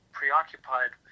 preoccupied